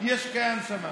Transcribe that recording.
שיש וקיים שם,